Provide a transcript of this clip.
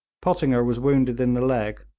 pottinger was wounded in the leg,